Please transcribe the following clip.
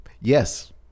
Yes